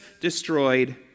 destroyed